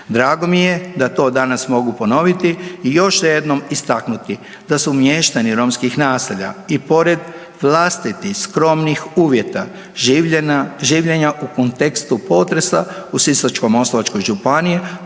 Drago mi je da to danas mogu ponoviti i još jednom istaknuti da su mještani romskih naselja i pored vlastitih skromnih uvjeta življenja u kontekstu potresa u Sisačko-moslavačkoj županiji